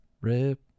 rip